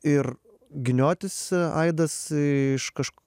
ir giniotis aidas iš kažk